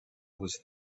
was